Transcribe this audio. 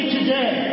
today